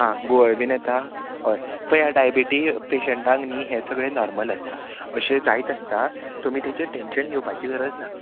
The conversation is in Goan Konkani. आं गुंवळ बीन येता हय पय ह्या डायबिटीज पेशंटांक न्ही हें सगळें नॉर्मल आसता अशें जायत आसता आं तुमी तेचे टेंशन घेवपाची गरज ना